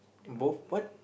both what